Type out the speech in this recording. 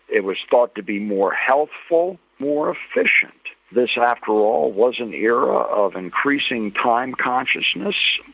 it was thought to be more helpful, more efficient. this after all was an era of increasing time consciousness,